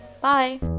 Bye